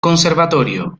conservatorio